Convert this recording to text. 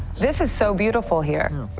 this is so beautiful here.